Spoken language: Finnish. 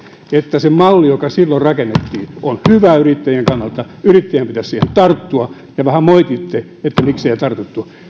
että se malli joka silloin rakennettiin on hyvä yrittäjien kannalta yrittäjien pitäisi siihen tarttua ja vähän moititte että miksi ei tartuttu